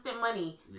money